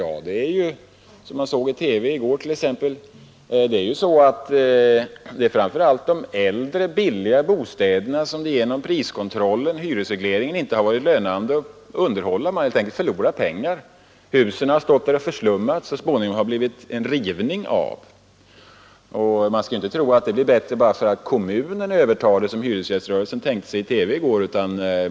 Jo, det är — som vi kunde se i TV i går — framför allt de äldre, billiga bostäderna som det genom priskontrollen, hyresregleringen, inte har varit lönande att underhålla. Man har helt enkelt förlorat pengar, och husen har fått stå och förslummas, och så småningom har de rivits. Vi skall inte tro att förhållandena blir bättre bara för att kommunen övertar husen — vilket hyresgäströrelsen tänkte sig i TV-programmet i går.